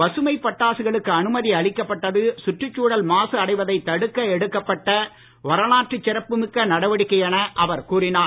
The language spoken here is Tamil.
பசுமை பட்டாசுகளுக்கு அனுமதி அளிக்கப்பட்டது சுற்றுச்சூழல் மாசு அடைவதைத் தடுக்க எடுக்கப்பட்ட வரலாற்று சிறப்புமிக்க நடவடிக்கை என அவர் கூறினார்